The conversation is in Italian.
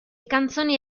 canzoni